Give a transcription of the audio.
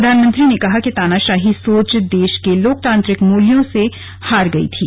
प्रधानमंत्री ने कहा कि तानाशाही सोच देश के लोकतांत्रिक मूल्यों से हार गई थी